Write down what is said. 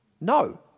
No